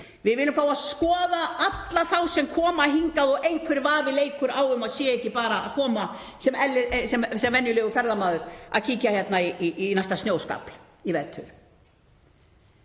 Við viljum fá að skoða alla þá sem koma hingað og einhver vafi leikur á að séu ekki bara að koma sem venjulegir ferðamenn að kíkja í næsta snjóskafl í vetur.